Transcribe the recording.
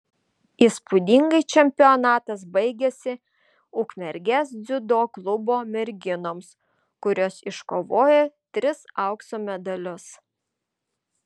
įspūdingai čempionatas baigėsi ukmergės dziudo klubo merginoms kurios iškovojo tris aukso medalius